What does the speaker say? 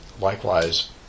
likewise